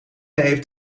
heeft